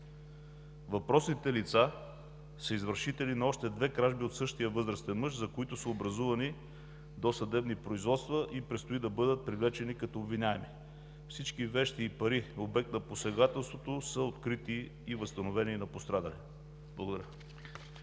Въпросните лица са извършители на още две кражби от същия възрастен мъж, за които са образувани досъдебни производства и предстои да бъдат привлечени като обвиняеми. Всички вещи и пари, обект на посегателството, са открити и възстановени на пострадалия. Благодаря.